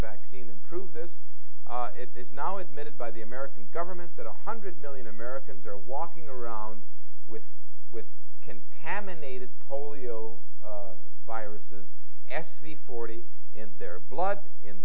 vaccine and prove this it is now admitted by the american government that one hundred million americans are walking around with with contaminated polio viruses se forty in their blood in